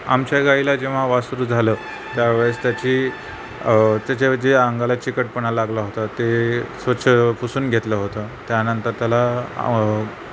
आमच्या गाईला जेव्हा वासरु झालं त्यावेळेस त्याची त्याच्या जे अंगाला चिकटपणा लागला होता ते स्वच्छ पुसून घेतलं होतं त्यानंतर त्याला